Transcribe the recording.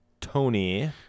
tony